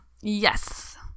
Yes